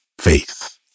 faith